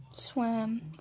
Swam